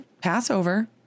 Passover